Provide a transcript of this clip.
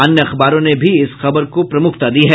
अन्य अखबारों ने भी इस खबर को प्रमुखता दी है